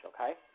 okay